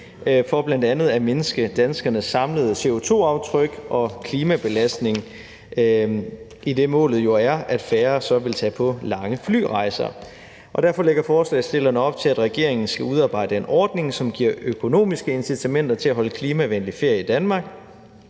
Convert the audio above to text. for bl.a. at mindske danskernes samlede CO2-aftryk og klimabelastning, idet målet jo er, at færre så vil tage på lange flyrejser. Derfor lægger forslagsstillerne op til, at regeringen skal udarbejde en ordning, som giver økonomiske incitamenter til at holde klimavenlig ferie i Danmark,